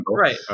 right